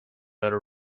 better